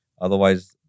Otherwise